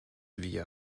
via